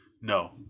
No